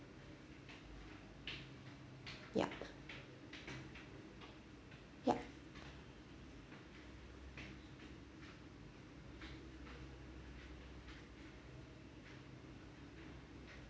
yup yup